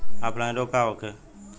Offline रोग का होखे?